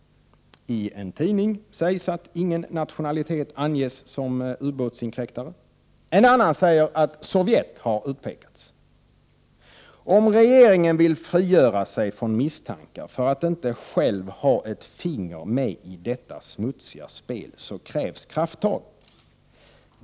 I en tidning sägs att ingen nation anges som ubåtsinkräktare, en annan säger att Sovjet har utpekats. Om regeringen vill frigöra sig från misstankar för att inte själv ha ett finger med i detta smutsiga spel krävs krafttag.